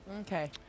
Okay